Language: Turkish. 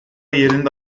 yerinde